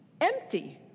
empty